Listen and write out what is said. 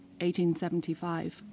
1875